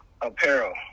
apparel